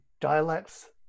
dialects